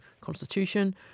constitution